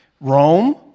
Rome